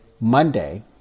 Monday